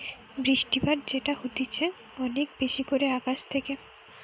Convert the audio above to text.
বৃষ্টিপাত যেটা হতিছে অনেক বেশি করে আকাশ থেকে